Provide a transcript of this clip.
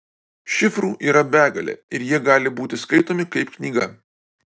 šifrų yra begalė ir jie gali būti skaitomi kaip knyga